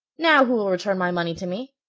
now who will return my money to me?